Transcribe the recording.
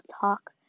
talk